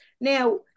Now